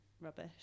rubbish